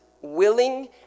willing